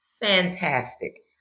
fantastic